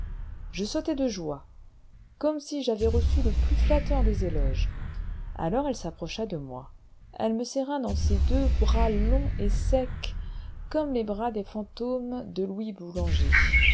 je sautai de joie comme si j'avais reçu le plus flatteur des éloges alors elle s'approcha de moi elle me serra dans ses deux bras longs et secs comme les bras des fantômes de louis boulanger